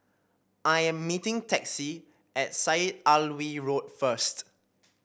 I am meeting Texie at Syed Alwi Road first